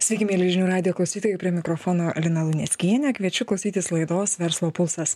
sveiki mieli žinių radijo klausytojai prie mikrofono lina luneckienė kviečiu klausytis laidos verslo pulsas